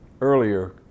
earlier